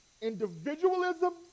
Individualism